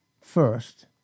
first